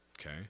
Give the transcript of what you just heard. okay